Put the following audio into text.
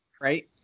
right